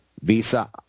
Visa